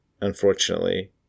unfortunately